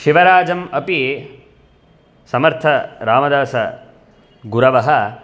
शिवराजम् अपि समर्थरामदासगुरवः